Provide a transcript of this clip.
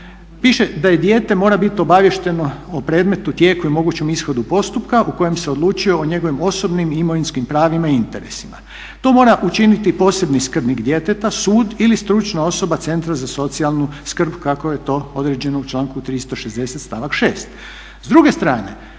Piše da i dijete mora bit obaviješteno o predmetu, tijeku i mogućem ishodu postupka u kojem se odlučuje o njegovim osobnim i imovinskim pravima i interesima. To mora učiniti posebni skrbnik djeteta, sud ili stručna osoba centra za socijalnu skrb kako je to određeno u članku 360. stavak 6.